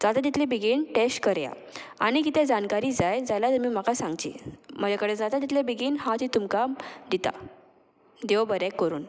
जाता तितले बेगीन टेस्ट करया आनी कितें जाणकारी जाय जाल्यार तुमी म्हाका सांगची म्हजे कडेन जाता तितले बेगीन हांव ती तुमकां दितां देव बरें करून